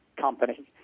company